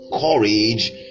courage